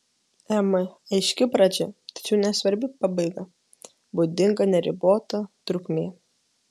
em aiški pradžia tačiau nesvarbi pabaiga būdinga neribota trukmė